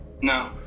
No